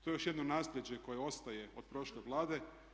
To je još jedno naslijeđe koje ostaje od prošle Vlade.